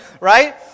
Right